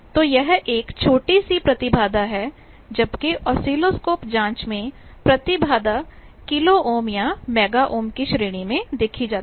तो यह एक छोटा सी प्रतिबाधा है जबकि ऑसिलोस्कोप जांच में प्रतिबाधा किलोओम या मेगाओम की श्रेणी में देखी जाती है